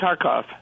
Tarkov